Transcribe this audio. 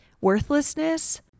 worthlessness